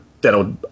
that'll